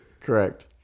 Correct